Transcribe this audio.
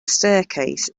staircase